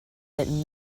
that